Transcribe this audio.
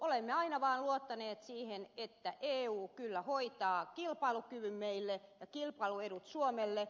olemme aina vaan luottaneet siihen että eu kyllä hoitaa kilpailukyvyn meille ja kilpailuedut suomelle